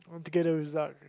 to get the result